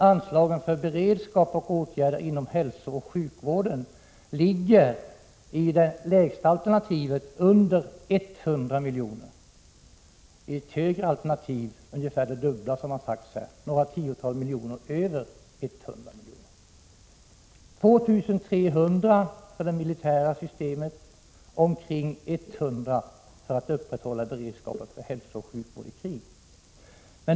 Anslagen för beredskap och åtgärder inom hälsooch sjukvården i krig ligger i det lägsta alternativet under 100 miljoner, i ett högre alternativ ungefär vid det dubbla, som här har sagts, nämligen några tiotal miljoner över 100 milj.kr. Relationen är alltså 2 300 miljoner för de militära systemen och omkring 100 miljoner för upprätthållande av beredskapen för hälsooch sjukvård i krig.